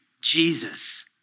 Jesus